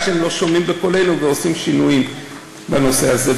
עד שהם לא שומעים בקולנו ועושים שינויים בנושא הזה.